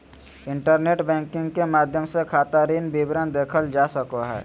internet banking के माध्यम से खाता ऋण विवरण देखल जा सको हइ